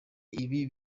ibi